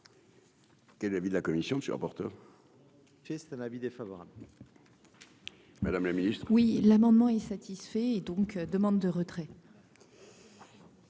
Quel est l'avis de la commission monsieur juste un avis défavorable. Madame le ministre, oui, l'amendement est satisfait et donc demande de retrait.